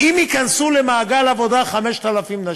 אם ייכנסו למעגל העבודה 5,000 נשים,